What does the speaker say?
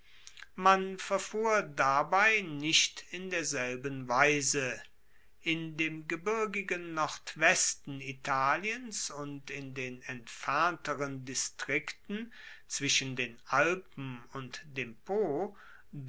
man verfuhr dabei nicht in derselben weise in dem gebirgigen nordwesten italiens und in den entfernteren distrikten zwischen den alpen und dem po